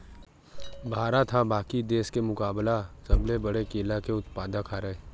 भारत हा बाकि देस के मुकाबला सबले बड़े केला के उत्पादक हरे